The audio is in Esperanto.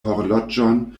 horloĝon